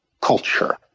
culture